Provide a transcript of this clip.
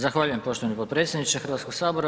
Zahvaljujem poštovani potpredsjedniče Hrvatskog sabora.